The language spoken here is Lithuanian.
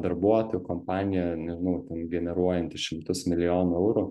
darbuotojų kompanija nežinau ten generuojanti šimtus milijonų eurų